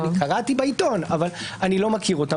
אני קראתי בעיתון אבל אני לא מכיר אותן.